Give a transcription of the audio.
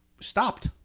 stopped